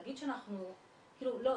להגיד שאנחנו --- לא,